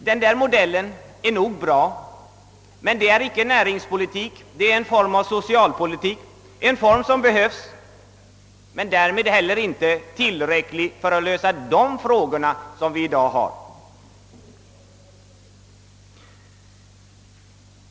Denna modell är nog bra men det är inte näringspolitik utan en form av socialpolitik, något som behövs men som inte är tillräckligt för att lösa dagens frågor.